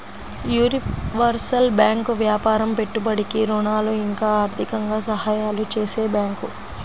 universal bank వ్యాపారం పెట్టుబడికి ఋణాలు ఇంకా ఆర్థికంగా సహాయాలు చేసే బ్యాంకు